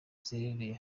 ziherereye